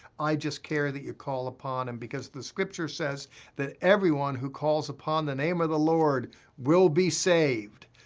i just care that you call upon him because the scripture says that everyone who calls upon the name of the lord will be saved.